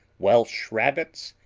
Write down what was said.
welsh-rabbits,